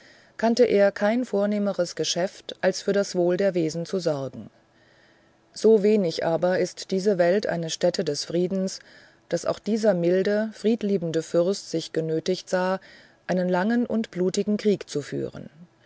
kannte er kein vornehmeres geschäft als für das wohl der wesen zu sorgen so wenig aber ist diese welt eine stätte des friedens daß auch dieser milde friedliebende fürst sich genötigt sah einen langen und blutigen krieg zu führen